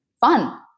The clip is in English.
fun